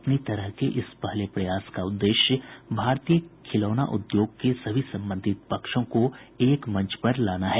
अपनी तरह के इस पहले प्रयास का उददेश्य भारतीय खिलौना उद्योग के सभी संबंधित पक्षों को एक मंच पर लाना है